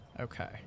Okay